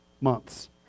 months